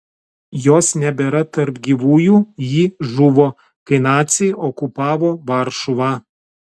jos nebėra tarp gyvųjų ji žuvo kai naciai okupavo varšuvą